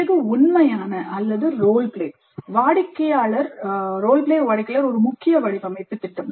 பிறகு உண்மையான அல்லது ரோல் பிளே வாடிக்கையாளர்க்கு ஒரு முக்கிய வடிவமைப்பு திட்டம்